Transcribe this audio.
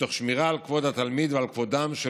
ותוך שמירה על כבוד התלמיד ועל כבודם של